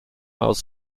aus